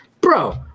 bro